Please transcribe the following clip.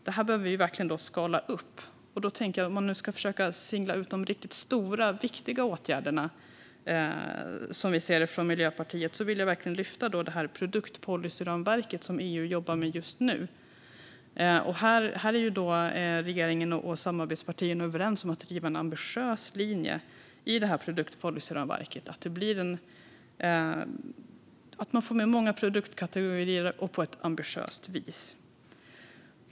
Vi behöver verkligen skala upp det här. Om jag ska försöka välja ut de riktigt stora och viktiga åtgärderna, som Miljöpartiet ser det, vill jag lyfta fram det produktpolicyramverk som EU jobbar med just nu. Regeringen och samarbetspartierna är överens om att driva en ambitiös linje i produktpolicyramverket så att man får med många produktkategorier och på ett ambitiöst vis.